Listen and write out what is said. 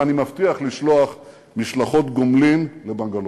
ואני מבטיח לשלוח משלחות גומלין לבנגלור.